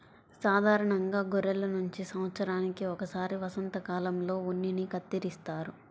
సాధారణంగా గొర్రెల నుంచి సంవత్సరానికి ఒకసారి వసంతకాలంలో ఉన్నిని కత్తిరిస్తారు